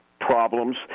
problems